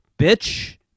bitch